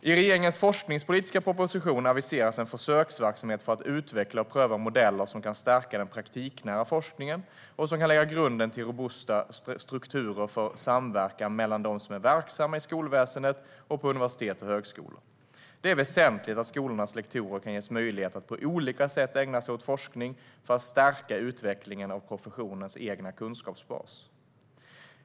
I regeringens forskningspolitiska proposition aviseras en försöksverksamhet för att utveckla och pröva modeller som kan stärka den praktiknära forskningen och som kan lägga grunden till robusta strukturer för samverkan mellan dem som är verksamma i skolväsendet och på universitet och högskolor. Det är väsentligt att skolornas lektorer kan ges möjlighet att på olika sätt ägna sig åt forskning för att stärka utvecklingen av professionens egen kunskapsbas.